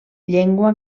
llengua